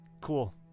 Cool